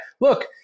look